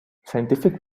scientific